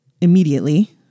immediately